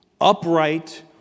upright